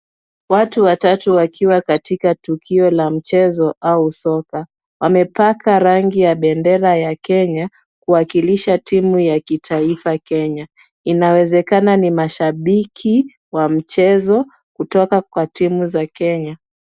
Watu watatu wakiwa katika tukio la mchezo au soka . Wamepaka rangi ya bendera ya Kenya kuwakilsha timu ya kitaifa Kenya. Inawezekana ni mashabiki wa mchezo kutoka kwa timu za Kenya.